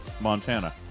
Montana